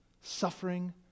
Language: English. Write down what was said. Suffering